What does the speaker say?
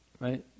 Right